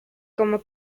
como